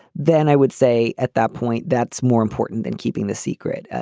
then i would say at that point that's more important than keeping the secret.